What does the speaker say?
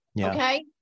okay